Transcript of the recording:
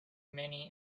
many